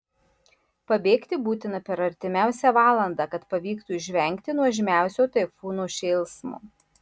pabėgti būtina per artimiausią valandą kad pavyktų išvengti nuožmiausio taifūno šėlsmo